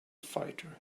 fighter